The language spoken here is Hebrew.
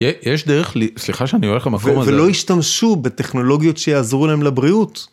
יש דרך, סליחה שאני הולך למקום הזה, ...ולא השתמשו בטכנולוגיות שיעזרו להם לבריאות.